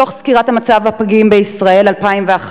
מתוך סקירת מצב הפגים בישראל 2011,